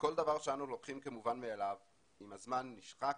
כל דבר שאנו לוקחים כמובן מאליו עם הזמן נשחק